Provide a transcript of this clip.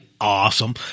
awesome